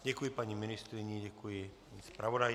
Děkuji paní ministryni, děkuji paní zpravodajce.